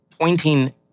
pointing